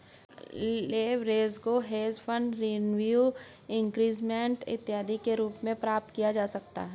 leverage को hedge fund revenue increment इत्यादि के रूप में प्राप्त किया जा सकता है